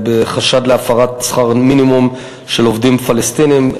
בחשד להפרת שכר מינימום של עובדים פלסטינים,